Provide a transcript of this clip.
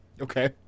Okay